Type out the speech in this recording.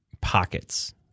pockets